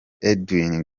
edwin